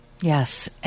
Yes